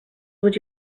would